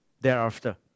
thereafter